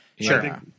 Sure